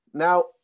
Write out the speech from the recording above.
Now